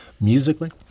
musically